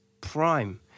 prime